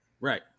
right